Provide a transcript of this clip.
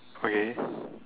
okay